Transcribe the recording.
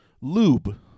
lube